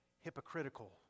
hypocritical